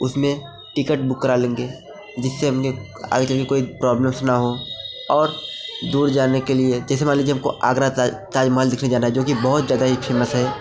उसमें ticket book करा लेंगे जिससे हमें आगे चल कर कोई प्रॉब्लम्स न हो और दूर जाने के लिए जैसे मान लीजिए हमको आगरा ता ताजमहल देखने जाना है जो कि बहुत ज्यादा ही फेमस है